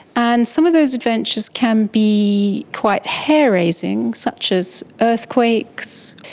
and some of those adventures can be quite hair raising, such as earthquakes,